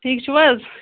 ٹھیٖک چھُو حظ